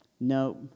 no